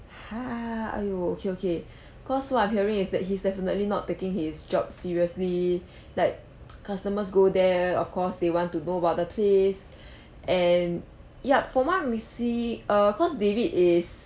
!huh! !aiyo! okay okay cause what I'm hearing is that he's definitely not taking his job seriously like customers go there of course they want to know about the place and yup from what we see err cause david is